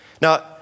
Now